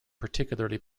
particularly